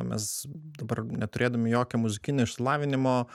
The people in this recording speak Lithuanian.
mes dabar neturėdami jokio muzikinio išsilavinimo